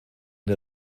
der